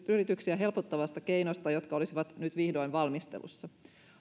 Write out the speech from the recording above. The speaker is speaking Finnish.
yrityksiä helpottavasta keinosta jotka olisivat nyt vihdoin valmistelussa